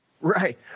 Right